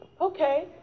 Okay